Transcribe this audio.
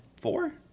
Four